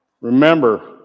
Remember